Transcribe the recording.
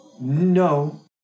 No